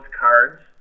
cards